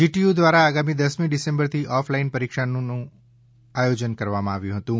GTU દ્વારા આગામી દશમી ડિસેમ્બરથી ઓફ લાઈન પરીક્ષા લેવાનું આયોજન કરવામાં આવ્યું હતું